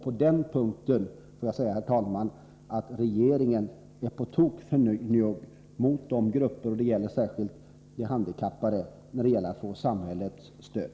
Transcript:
På den punkten får jag säga, herr talman, att regeringen är på tok för njugg mot de grupper, särskilt de handikappade, som behöver få samhällets stöd.